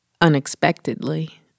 unexpectedly